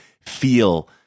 feel